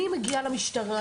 אני מגיעה למשטרה,